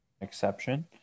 exception